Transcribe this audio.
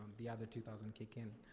the other two thousand kick in.